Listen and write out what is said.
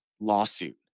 Lawsuit